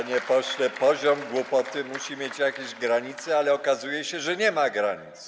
Panie pośle, poziom głupoty musi mieć jakieś granice, ale okazuje się, że nie ma granic.